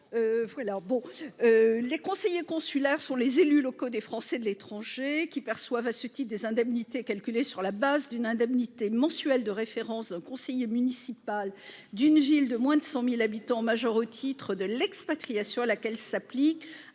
Les conseillers consulaires sont les élus locaux des Français de l'étranger et perçoivent à ce titre des indemnités, calculées sur la base d'une indemnité mensuelle de référence d'un conseiller municipal d'une ville de moins de 100 000 habitants, majorée au titre de l'expatriation, à laquelle s'applique